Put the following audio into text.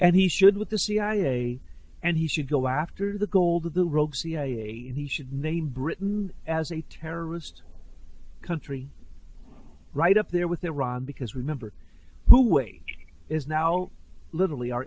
and he should with the cia and he should go after the goals of the rogue cia and he should name britain as a terrorist country right up there with iran because remember who way is now literally our